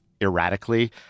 erratically